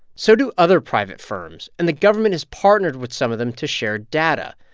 so do other private firms, and the government is partnered with some of them to share data,